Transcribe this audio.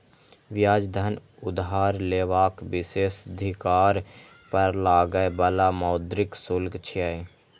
ब्याज धन उधार लेबाक विशेषाधिकार पर लागै बला मौद्रिक शुल्क छियै